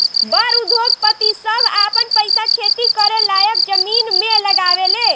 बड़ उद्योगपति सभ आपन पईसा खेती करे लायक जमीन मे लगावे ले